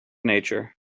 nature